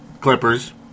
Clippers